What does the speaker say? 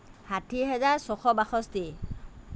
ষাঠি হাজাৰ ছশ বাষষ্টি